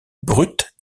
brute